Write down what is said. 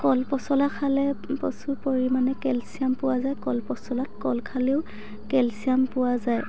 কল পচলা খালে প্ৰচুৰ পৰিমাণে কেলছিয়াম পোৱা যায় কল পচলাত কল খালেও কেলছিয়াম পোৱা যায়